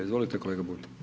Izvolite kolega Bulj.